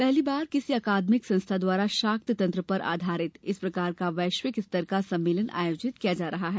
पहली बार किसी अकादमिक संस्था द्वारा शाक्त तंत्र पर आधारित इस प्रकार का वैश्विक स्तर का सम्मेलन आयोजित किया जा रहा है